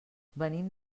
venim